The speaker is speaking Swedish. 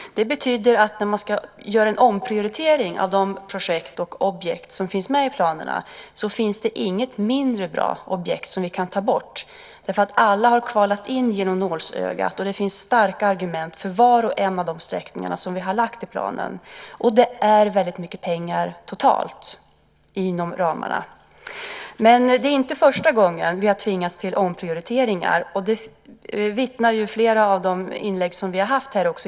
Det betyder att det, när man ska göra en omprioritering av de projekt och objekt som finns med i planerna, inte finns något mindre bra objekt som vi kan ta bort. Alla har kvalat in genom nålsögat, och det finns starka argument för var och en av de sträckningar som vi har lagt i planen, och det är väldigt mycket pengar totalt inom ramarna. Men det är inte första gången vi har tvingats till omprioriteringar. Det vittnar också flera inlägg om.